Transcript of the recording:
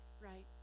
right